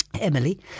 Emily